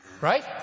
Right